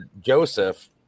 Joseph